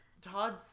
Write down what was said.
Todd